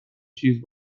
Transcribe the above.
چیز